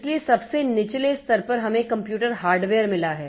इसलिए सबसे निचले स्तर पर हमें कंप्यूटर हार्डवेयर मिला है